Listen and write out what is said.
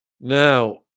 Now